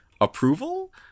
approval